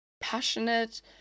passionate